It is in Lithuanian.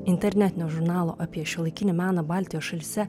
internetinio žurnalo apie šiuolaikinį meną baltijos šalyse